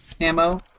ammo